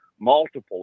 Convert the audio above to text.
multiple